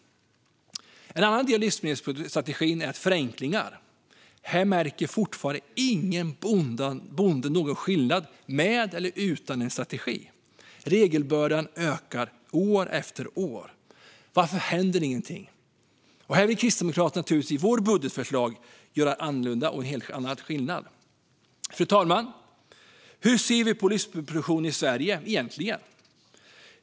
En annan del i livsmedelsstrategin är förenklingar, men där är det fortfarande ingen bonde som märker någon skillnad, vare sig med eller utan strategin. Regelbördan ökar år efter år. Varför händer inget? Här vill vi kristdemokrater i vårt budgetförslag göra annorlunda och skillnad. Fru talman! Hur ser vi på livsmedelsproduktion i Sverige egentligen?